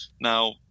Now